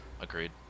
Agreed